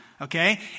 okay